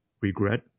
regret